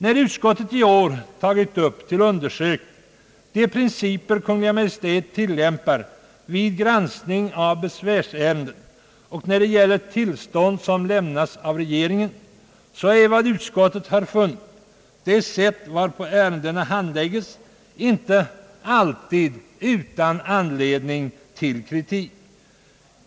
När utskottet i år har undersökt de principer Kungl. Maj:t tillämpar vid sin granskning av besvärsärenden och när det gäller tillstånd som lämnas av regeringen, så har utskottet funnit det sätt varpå ärendena handläggs inte alltid vara utan anledning till kritik.